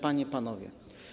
Panie i Panowie!